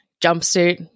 jumpsuit